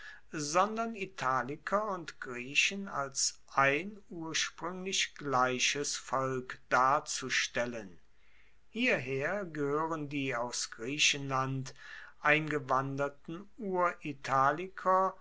sondern italiker und griechen als ein urspruenglich gleiches volk darzustellen hierher gehoeren die aus griechenland eingewanderten